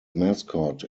mascot